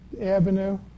Avenue